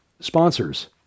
sponsors